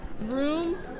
Room